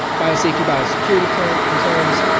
biosafety biosecurity current concerns.